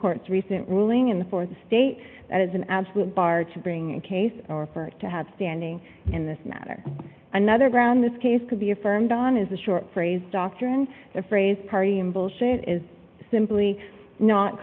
court's recent ruling in the th state that is an absolute bar to bring a case or for to have standing in this matter another ground this case could be affirmed on is a short phrase doctrine the phrase party in bullshit is simply not